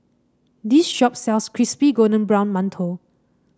this shop sells Crispy Golden Brown Mantou